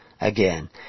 again